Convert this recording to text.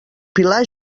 pilar